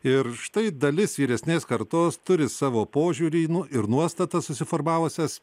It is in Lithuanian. ir štai dalis vyresnės kartos turi savo požiūrį į nu ir nuostatas susiformavusias